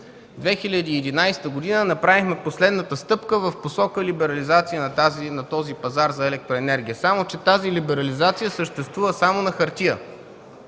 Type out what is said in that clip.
2011 г. направихме последната стъпка в посока либерализация на този пазар за електроенергия. Само че тази либерализация съществува само на хартия.